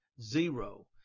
zero